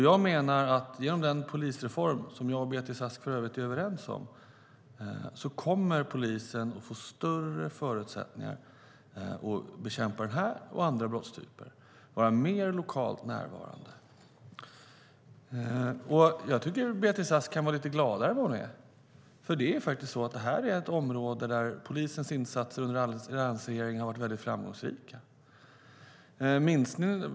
Jag menar att genom polisreformen, som jag och Beatrice Ask för övrigt är överens om, kommer polisen att få större förutsättningar att bekämpa den här brottstypen och andra brottstyper och vara mer lokalt närvarande. Jag tycker att Beatrice Ask kan vara lite gladare än vad hon är, för det är faktiskt så att det här är ett område där polisens insatser under alliansregeringen har varit väldigt framgångsrika.